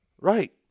Right